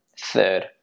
Third